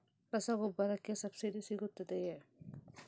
ರಸಗೊಬ್ಬರಕ್ಕೆ ಸಬ್ಸಿಡಿ ಸಿಗುತ್ತದೆಯೇ?